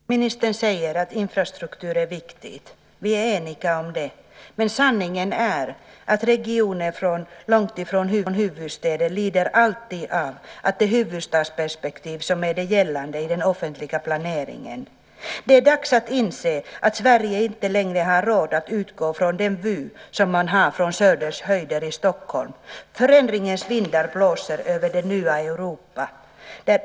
Herr talman! Ministern säger att det är viktigt med infrastruktur. Vi är eniga om det, men sanningen är att regioner långt från huvudstäder alltid lider av att det är ett huvudstadsperspektiv som är gällande i den offentliga planeringen. Det är dags att inse att Sverige inte längre har råd att utgå från den vy man har från Söders höjder i Stockholm. Förändringens vindar blåser över det nya Europa.